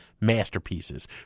masterpieces